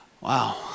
wow